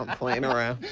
um playing around.